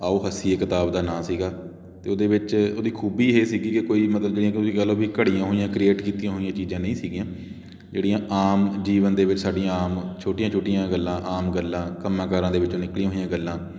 ਆਉ ਹੱਸੀਏ ਕਿਤਾਬ ਦਾ ਨਾਂ ਸੀਗਾ ਅਤੇ ਉਹਦੇ ਵਿੱਚ ਉਹਦੀ ਖੂਬੀ ਇਹ ਸੀਗੀ ਕਿ ਕੋਈ ਮਤਲਬ ਜਿਹੜੀਆਂ ਤੁਸੀਂ ਕਹਿ ਲਉ ਵੀ ਘੜੀਆਂ ਹੋਈਆਂ ਕਰੇਟ ਕੀਤੀਆਂ ਹੋਈਆਂ ਚੀਜ਼ਾਂ ਨਹੀਂ ਸੀਗੀਆਂ ਜਿਹੜੀਆਂ ਆਮ ਜੀਵਨ ਦੇ ਵਿੱਚ ਸਾਡੀਆਂ ਆਮ ਛੋਟੀਆਂ ਛੋਟੀਆਂ ਗੱਲਾਂ ਆਮ ਗੱਲਾਂ ਕੰਮਾਂ ਕਾਰਾਂ ਦੇ ਵਿੱਚੋਂ ਨਿਕਲੀਆਂ ਹੋਈਆਂ ਗੱਲਾਂ